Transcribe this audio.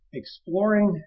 exploring